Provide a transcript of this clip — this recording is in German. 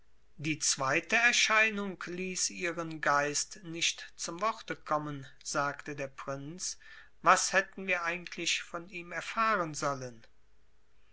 die zweite erscheinung ließ ihren geist nicht zum worte kommen sagte der prinz was hätten wir eigentlich von ihm erfahren sollen